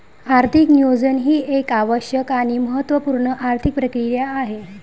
आर्थिक नियोजन ही एक आवश्यक आणि महत्त्व पूर्ण आर्थिक प्रक्रिया आहे